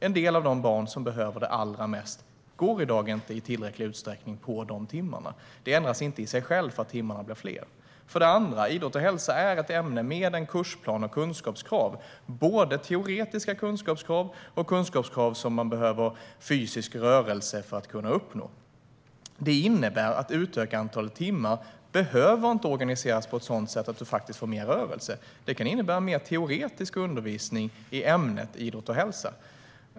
En del av de barn som behöver det allra mest går i dag inte i tillräcklig utsträckning på dessa timmar. Detta ändras inte för att timmarna blir fler. För det andra är idrott och hälsa ett ämne med en kursplan och kunskapskrav, både teoretiska kunskapskrav och kunskapskrav som man behöver fysisk rörelse för att kunna uppnå. Det innebär att ett utökat antal timmar inte behöver organiseras på ett sådant sätt att man får mer rörelse. Det kan innebära mer teoretisk undervisning i ämnet idrott och hälsa.